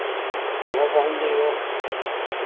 हुंवो पहुँच जइहो